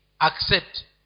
accept